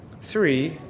three